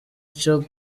cyo